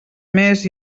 més